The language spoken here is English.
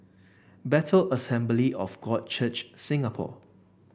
Bethel Assembly of God Church Singapore